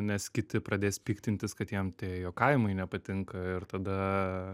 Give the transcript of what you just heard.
nes kiti pradės piktintis kad jiem tie juokavimai nepatinka ir tada